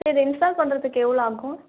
சரி இதை இன்ஸ்டால் பண்ணுறதுக்கு எவ்வளோ ஆகும்